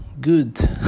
good